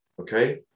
okay